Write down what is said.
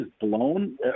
blown